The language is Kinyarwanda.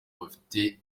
bafite